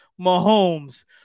Mahomes